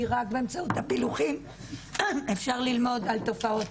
כי רק באמצעות הפילוחים אפשר ללמוד על תופעות.